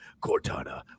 Cortana